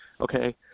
Okay